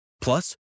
Plus